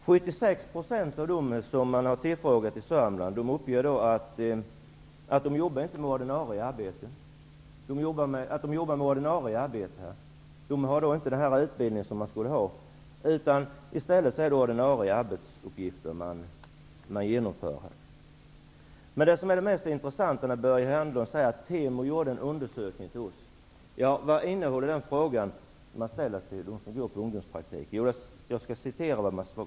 76 % av de ungdomar som tillfrågades i Sörmland uppger att de arbetar med ordinarie arbetsuppgifter. De får inte den utbildning de skall få, utan istället utför de ordinarie arbetsuppgifter. Börje Hörnlund nämner att Temo gjorde en undersökning för regeringen. Det mest intressanta är då innehållet i den fråga man ställde till dem som går på undomspraktik. Jag skall berätta vad man frågade om.